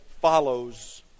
follows